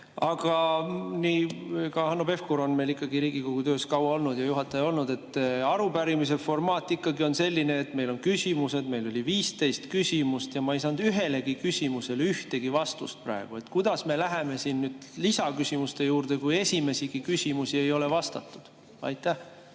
aga ka Hanno Pevkur on ikkagi Riigikogu töös kaua olnud ja juhataja olnud. Arupärimise formaat ikkagi on selline, et meil on küsimused. Meil oli 15 küsimust ja ma ei saanud ühelegi küsimusele praegu ühtegi vastust. Kuidas me läheme nüüd lisaküsimuste juurde, kui esimestelegi küsimustele ei ole vastatud? Aitäh,